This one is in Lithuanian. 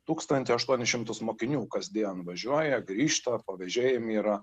tūkstantį aštuonis šimtus mokinių kasdien važiuoja grįžta pavežėjami yra